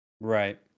Right